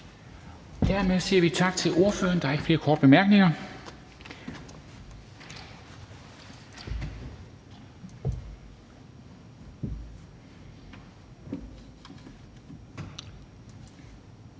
Dermed siger vi tak til ordføreren. Der er ikke flere korte bemærkninger.